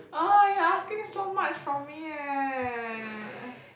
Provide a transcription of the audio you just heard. !ugh! you're asking so much from me eh